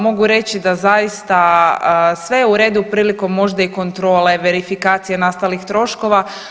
Mogu reći da zaista sve je u redu prilikom možda i kontrole, verifikacije nastalih troškova.